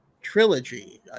trilogy